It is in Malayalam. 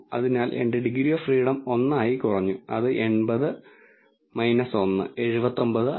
അതിനാൽ എന്റെ ഡിഗ്രി ഓഫ് ഫ്രീഡം 1 ആയി കുറഞ്ഞു അത് 80 1 79 ആയി